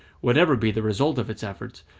whatever be the result of its efforts,